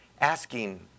asking